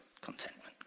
contentment